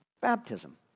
baptism